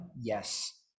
yes